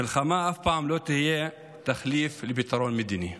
מלחמה אף פעם לא תהיה תחליף לפתרון מדיני.